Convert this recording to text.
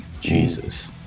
Jesus